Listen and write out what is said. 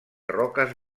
roques